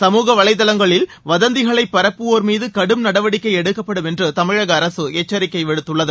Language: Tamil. சமூக வலைதளங்களில் வதந்திகளை பரப்புவோர் மீது கடும் நடவடிக்கை எடுக்கப்படும் என்று தமிழக அரசு எச்சரிக்கை விடுத்துள்ளது